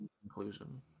conclusion